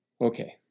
Okay